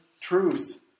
truth